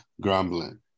grumbling